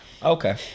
Okay